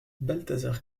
balthazar